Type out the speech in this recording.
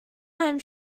many